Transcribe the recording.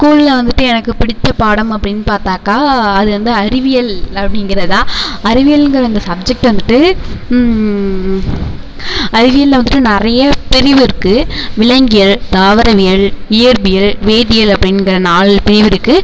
ஸ்கூல்ல வந்துட்டு எனக்குப் பிடித்த பாடம் அப்படின்னு பார்த்தாக்கா அது வந்து அறிவியல் அப்படிங்கிறதுதான் அறிவியல்ங்கற அந்த சப்ஜெக்ட் வந்துட்டு அறிவியல்ல வந்துட்டு நிறையா பிரிவு இருக்குது விலங்கியல் தாவரவியல் இயற்பியல் வேதியியல் அப்படிங்கிற நாலு பிரிவு இருக்குது